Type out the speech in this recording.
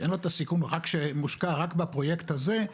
שאין לו את הסיכון רק שהוא מושקע רק בפרויקט הזה,